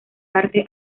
arte